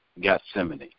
Gethsemane